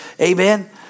Amen